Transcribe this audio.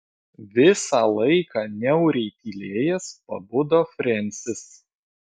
visą laiką niauriai tylėjęs pabudo frensis